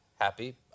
Happy